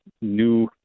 new